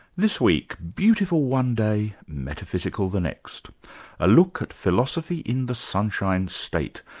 this week, beautiful one day, metaphysical the next a look at philosophy in the sunshine state,